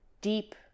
deep